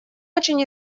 очень